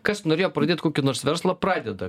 kas norėjo pradėt kokį nors verslą pradeda